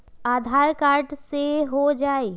आधार card से हो जाइ?